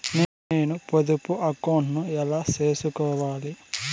నేను పొదుపు అకౌంటు ను ఎలా సేసుకోవాలి?